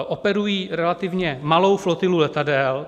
Operují relativně malou flotilu letadel.